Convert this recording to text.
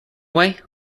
way